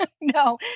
No